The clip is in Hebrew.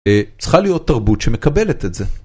צריכה להיות תרבות שמקבלת את זה.